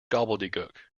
gobbledegook